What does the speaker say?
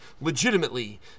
legitimately